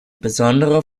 besondere